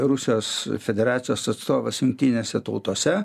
rusijos federacijos atstovas jungtinėse tautose